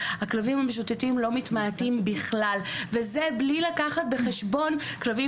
הכלבים המשוטטים לא מתמעטים בכלל וזה בלי לקחת בחשבון כלבים